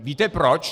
Víte proč?